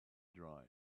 dry